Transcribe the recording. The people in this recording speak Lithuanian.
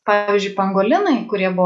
pavyzdžiui pangolinai kurie buvo